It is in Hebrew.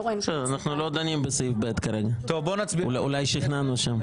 אנחנו לא דנים בסעיף ב' כרגע, אולי שכנענו שם.